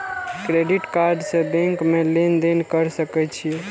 Credit card से bank में लेन देन कर सके छीये?